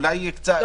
אולי קצת יותר.